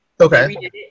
okay